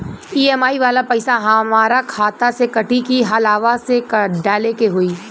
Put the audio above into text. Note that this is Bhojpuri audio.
ई.एम.आई वाला पैसा हाम्रा खाता से कटी की अलावा से डाले के होई?